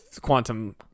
quantum